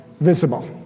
visible